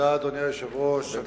אדוני היושב-ראש, תודה.